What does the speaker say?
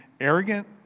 arrogant